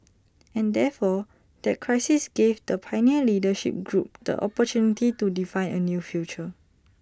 and therefore that crisis gave the pioneer leadership group the opportunity to define A new future